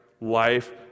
life